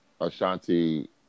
Ashanti